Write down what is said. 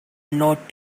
not